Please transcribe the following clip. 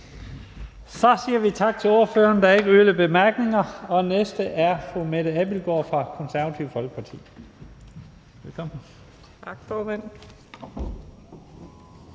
Så siger vi tak til ordføreren. Der er ikke yderligere korte bemærkninger. Den næste er fru Mette Abildgaard fra Det Konservative Folkeparti.